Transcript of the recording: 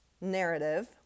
narrative